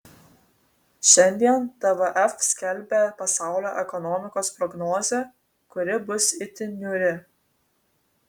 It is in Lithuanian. šiandien tvf skelbia pasaulio ekonomikos prognozę kuri bus itin niūri